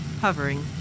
hovering